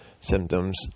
symptoms